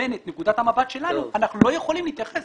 הבן את נקודת המבט שלנו, אנחנו לא יכולים להתייחס